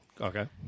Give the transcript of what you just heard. Okay